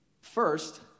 first